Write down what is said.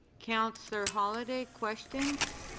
councillor holyday, questions.